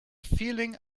feeling